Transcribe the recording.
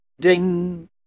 Ding